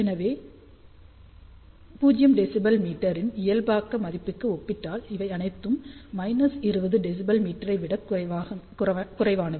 எனவே 0dBm இன் இயல்பாக்க மதிப்புக்கு ஒப்பிட்டால் இவை அனைத்தும் 20dBm ஐ விடக் குறைவானவை